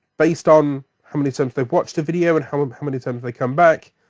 based on how many times they've watched a video and how um how many times they've come back.